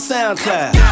Soundcloud